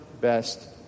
best